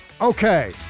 Okay